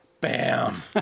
Bam